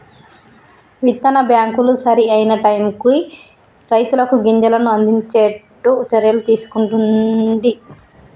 విత్తన బ్యాంకులు సరి అయిన టైముకు రైతులకు గింజలను అందిచేట్టు చర్యలు తీసుకుంటున్ది